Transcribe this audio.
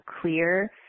clear